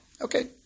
Okay